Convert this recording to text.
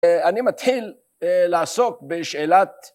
אני מתחיל לעסוק בשאלת...